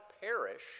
perish